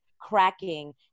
cracking